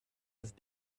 have